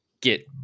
get